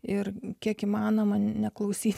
ir kiek įmanoma neklausyti